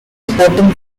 sporting